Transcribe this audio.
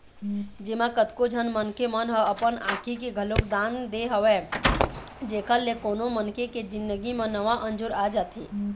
जेमा कतको झन मनखे मन ह अपन आँखी के घलोक दान दे हवय जेखर ले कोनो मनखे के जिनगी म नवा अंजोर आ जाथे